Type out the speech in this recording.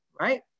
right